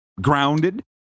grounded